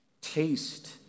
taste